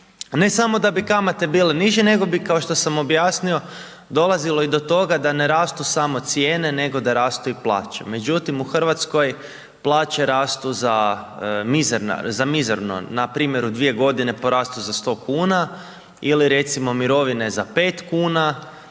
Ne samo da bi kamate bile niže nego bi kao što sam objasnio, dolazilo i do toga da ne rastu samo cijene, nego da rastu i plaće. Međutim, u Hrvatskoj plaće rastu za mizerno, npr. u 2 godine porastu za 100 kuna ili recimo mirovine za 5 kuna.